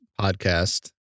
podcast